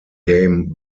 game